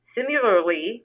Similarly